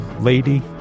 lady